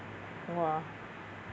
!wah!